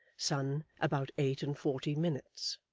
son about eight-and-forty minutes.